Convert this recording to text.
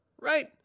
right